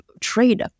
trade